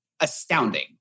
astounding